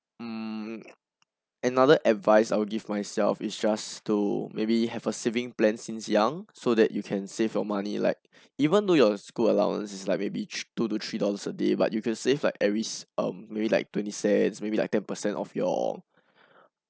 mm another advice I would give myself it's just to maybe have a savings plan since young so that you can save your money like even though your school allowance is like maybe two to three dollars a day but you can save like every um maybe like twenty cents maybe like ten percent of your